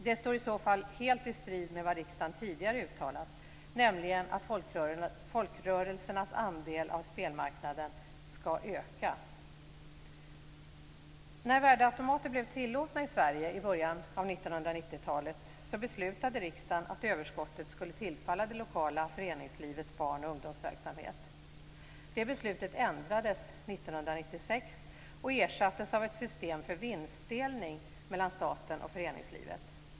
Det står i så fall helt i strid med vad riksdagen tidigare uttalat, nämligen att folkrörelsernas andel av spelmarknaden skall öka. När värdeautomater blev tillåtna i Sverige i början av 1990-talet beslutade riksdagen att överskottet skulle tillfalla det lokala föreningslivets barn och ungdomsverksamhet. Detta beslut ändrades 1996 och ersattes av ett system för vinstdelning mellan staten och föreningslivet.